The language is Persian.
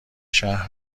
شهر